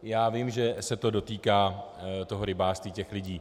Já vím, že se to dotýká toho rybářství, těch lidí.